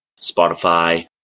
Spotify